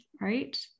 right